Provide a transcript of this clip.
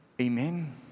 Amen